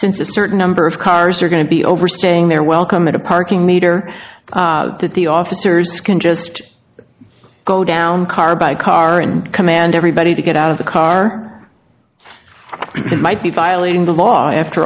since a certain number of cars are going to be overstaying their welcome at a parking meter that the officers can just go down car by car and command everybody to get out of the car might be violating the law after